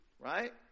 Right